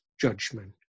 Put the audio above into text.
judgment